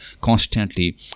constantly